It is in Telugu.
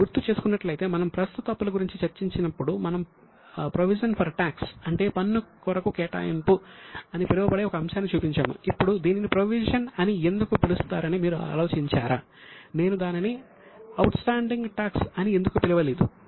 మీరు గుర్తు చేసుకున్నట్లయితే మనం ప్రస్తుత అప్పుల గురించి చర్చించినప్పుడు మనం ప్రొవిజన్ ఫర్ టాక్స్ అని ఎందుకు పిలవలేదు